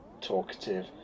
talkative